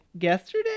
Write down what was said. yesterday